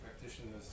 practitioners